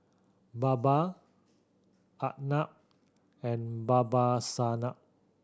Baba Arnab and Babasaheb